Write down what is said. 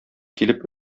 килеп